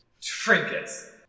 Trinkets